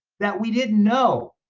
that we didn't know.